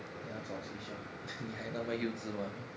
你要找 seashell 你还那么幼稚吗